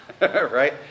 Right